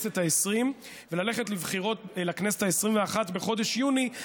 הכנסת העשרים וללכת לבחירות לכנסת העשרים-ואחת בחודש יוני.